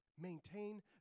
Maintain